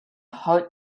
hart